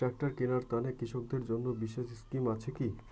Tractor কিনার তানে কৃষকদের জন্য বিশেষ স্কিম আছি কি?